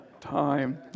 time